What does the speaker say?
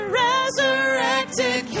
resurrected